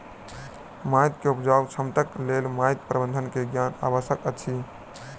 माइट के उपजाऊ क्षमताक लेल माइट प्रबंधन के ज्ञान आवश्यक अछि